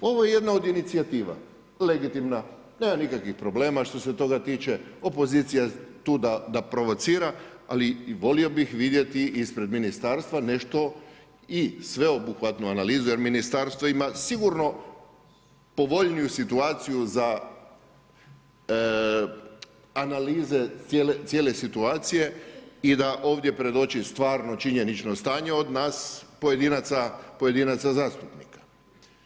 Ovo je jedna od inicijativa, legitimna, nema nikakvih problema što se toga tiče, opozicija je tu da provocira, ali volio bi vidjeti ispred ministarstva nešto i sveobuhvatnu analizu, jer ministarstvo ima sigurno povoljniju situaciju za analize cijele situacije i da ovdje predoči stvarno činjenično stanje od nas pojedinaca zastupnika.